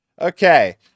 Okay